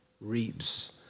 reaps